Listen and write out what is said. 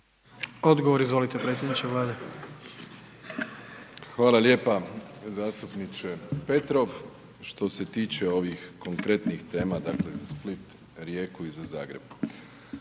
Odgovor, izvolite predsjedniče Vlade. **Plenković, Andrej (HDZ)** Hvala lijepo zastupniče Petrov, što se tiče ovih konkretnih tema, dakle, za Split, Rijeku i za Zagreb.